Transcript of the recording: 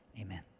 Amen